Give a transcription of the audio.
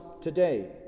today